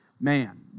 man